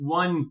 one